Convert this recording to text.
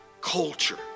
culture